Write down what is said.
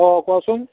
অঁ কোৱাচোন